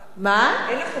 לך אמון בפרקליטות?